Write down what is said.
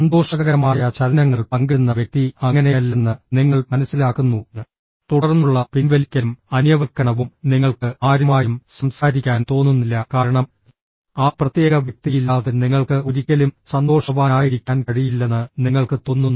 സന്തോഷകരമായ ചലനങ്ങൾ പങ്കിടുന്ന വ്യക്തി അങ്ങനെയല്ലെന്ന് നിങ്ങൾ മനസ്സിലാക്കുന്നു തുടർന്നുള്ള പിൻവലിക്കലും അന്യവൽക്കരണവും നിങ്ങൾക്ക് ആരുമായും സംസാരിക്കാൻ തോന്നുന്നില്ല കാരണം ആ പ്രത്യേക വ്യക്തിയില്ലാതെ നിങ്ങൾക്ക് ഒരിക്കലും സന്തോഷവാനായിരിക്കാൻ കഴിയില്ലെന്ന് നിങ്ങൾക്ക് തോന്നുന്നു